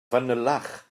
fanylach